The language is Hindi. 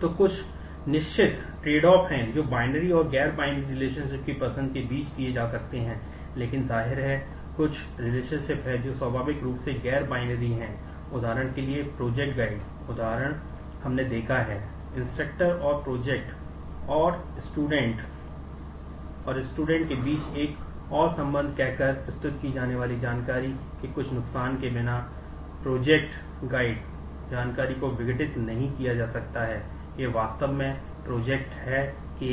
तो कुछ निश्चित ट्रेडऑफ़ है कि